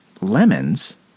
lemons